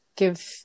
give